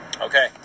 Okay